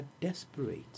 desperate